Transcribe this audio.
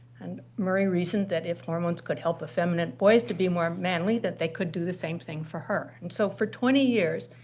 and murray reasoned that if hormones could help effeminate boys to be more manly, that they could do the same thing for her. and so for twenty years,